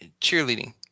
cheerleading